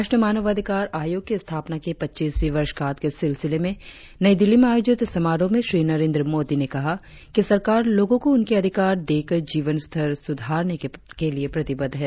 राष्ट्रीय मानवाधिकार आयोग की स्थापना की पचीसवी वर्षगाठ के सिलसिले में नई दिल्ली में आयोंजित समारोह में श्री नरेंद्र मोदी ने कहा कि सरकार लोगो को उनके अधिकार देकर जीवन स्तर सुधारने के लिए प्रतिबद्ध है